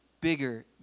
bigger